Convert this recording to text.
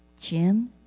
Jim